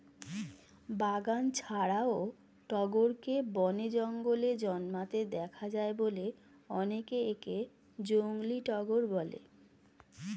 বাগান ছাড়াও টগরকে বনে, জঙ্গলে জন্মাতে দেখা যায় বলে অনেকে একে জংলী টগর বলে